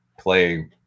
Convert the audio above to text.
play